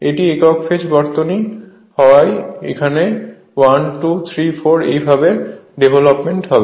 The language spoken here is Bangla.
এটি একক ফেজ বর্তনী হওয়াই এখানে 1 2 3 4 এই ভাবে ডেভলপমেন্ট হবে